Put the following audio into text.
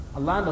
Allah